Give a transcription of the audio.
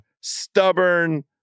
stubborn